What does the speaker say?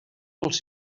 els